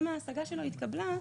אם ההשגה שלו התקבלה,